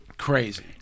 crazy